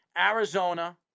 Arizona